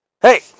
Hey